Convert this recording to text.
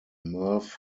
merv